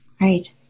Right